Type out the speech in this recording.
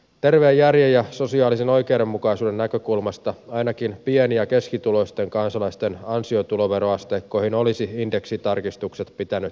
terveen järjen ja sosiaalisen oikeudenmukaisuuden näkökulmasta ainakin pieni ja keskituloisten kansalaisten ansiotuloveroasteikkoihin olisi indeksitarkistukset pitänyt tehdä